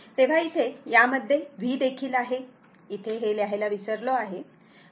तर इथे यामध्ये V देखील आहे इथे हे लिहायला विसरलो आहे